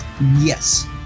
Yes